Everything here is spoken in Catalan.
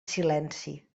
silenci